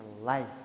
life